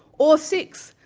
or six.